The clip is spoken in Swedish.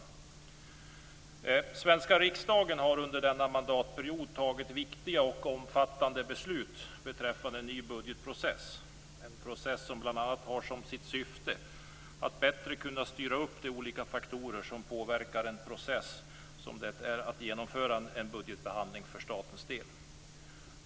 Den svenska riksdagen har under denna mandatperiod tagit viktiga och omfattande beslut beträffande en ny budgetprocess, en process som bl.a. har som syfte att bättre styra upp de olika faktorer som påverkar en process för genomförande av en budgetbehandling för staten.